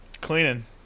cleaning